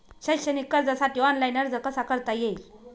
शैक्षणिक कर्जासाठी ऑनलाईन अर्ज कसा करता येईल?